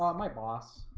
um my boss